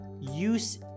use